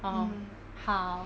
orh 好